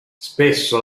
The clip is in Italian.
spesso